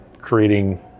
creating